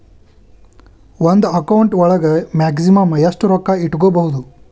ಒಂದು ಅಕೌಂಟ್ ಒಳಗ ಮ್ಯಾಕ್ಸಿಮಮ್ ಎಷ್ಟು ರೊಕ್ಕ ಇಟ್ಕೋಬಹುದು?